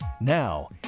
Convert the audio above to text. Now